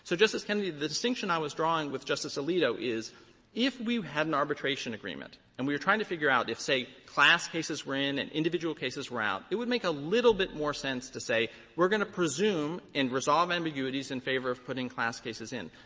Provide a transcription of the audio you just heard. so justice kennedy, the distinction i was drawing with justice alito is if we had an arbitration agreement and we were trying to figure out if, say, class cases and individual cases were out, it would make a little bit more sense to say we're going to presume and resolve ambiguities in favor of putting class cases in.